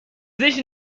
sich